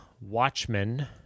Watchmen